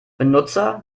benutzer